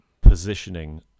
positioning